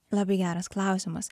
labai geras klausimas